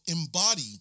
embody